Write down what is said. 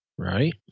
Right